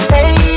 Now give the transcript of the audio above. Hey